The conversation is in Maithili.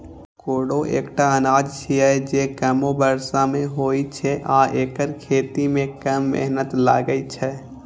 कोदो एकटा अनाज छियै, जे कमो बर्षा मे होइ छै आ एकर खेती मे कम मेहनत लागै छै